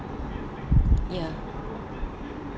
ya